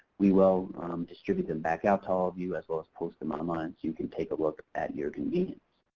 we will distribute them back out to all of you as well as post them online so you can take a look at your convenience.